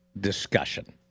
discussion